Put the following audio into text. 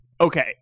Okay